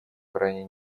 крайне